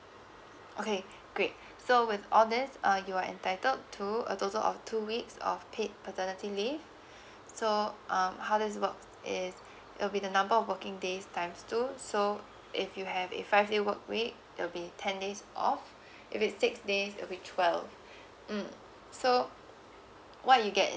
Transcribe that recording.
okay great so with all this uh you're entitled to a total of two weeks of paid paternity leave so um how this works is it will be the number of working days times two so if you have a five day work week there'll be ten days off if it's six days it'll be twelve mm so what you get